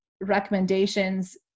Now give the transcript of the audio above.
recommendations